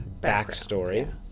backstory